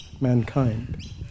mankind